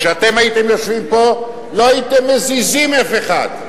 כשאתם הייתם יושבים פה, לא הייתם מזיזים אף אחד.